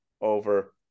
over